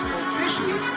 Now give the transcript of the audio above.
officially